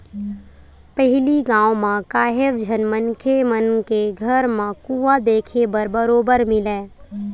पहिली गाँव म काहेव झन मनखे मन के घर म कुँआ देखे बर बरोबर मिलय